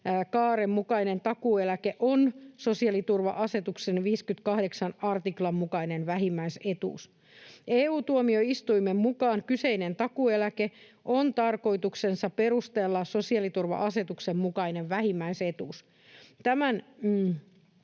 mukainen takuueläke on sosiaaliturva-asetuksen 58 artiklan mukainen vähimmäisetuus. EU-tuomioistuimen mukaan kyseinen takuueläke on tarkoituksensa perusteella sosiaaliturva-asetuksen mukainen vähimmäisetuus.